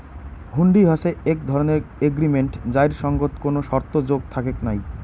হুন্ডি হসে এক ধরণের এগ্রিমেন্ট যাইর সঙ্গত কোনো শর্ত যোগ থাকেক নাই